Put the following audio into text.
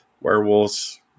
werewolves